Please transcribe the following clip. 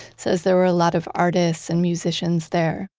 says there were a lot of artists and musicians there,